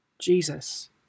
Jesus